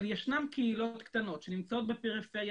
אבל ישנן קהילות קטנות שנמצאות בפריפריה